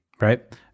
Right